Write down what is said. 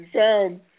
sound